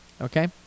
Okay